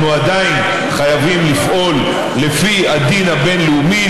אנחנו עדיין חייבים לפעול לפי הדין הבין-לאומי,